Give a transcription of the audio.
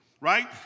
right